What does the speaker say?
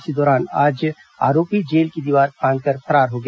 इसी दौरान आज आरोपी जेल की दीवार फांदकर फरार हो गया